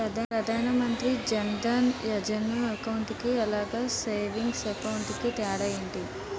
Pradhan Mantri Jan Dhan Yojana account కి అలాగే savings account కి తేడా ఏంటి?